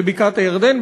בבקעת-הירדן,